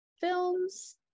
Films